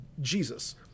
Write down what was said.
Jesus